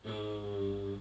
um